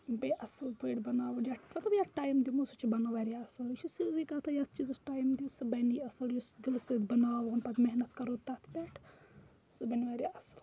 بیٚیہِ اَصٕل پٲٹھۍ بَناوُن یا مطلب یَتھ ٹایِم دِمو سُہ چھُ بَنان واریاہ اَصٕل یہِ چھِ سیٚزٕے کَتھاہ یَتھ چیٖزَس ٹایم دیُت سُہ بَنی اَصٕل یُس دِلہٕ سۭتۍ بَناوہون پَتہٕ محنت کَرو تَتھ پٮ۪ٹھ سُہ بَنہِ واریاہ اَصٕل